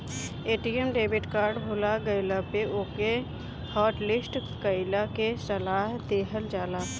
ATM debit card भूला गईला पे ओके हॉटलिस्ट कईला के सलाह देहल जाला